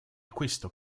questo